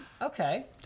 okay